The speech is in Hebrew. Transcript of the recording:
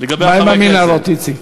מה עם המנהרות, איציק?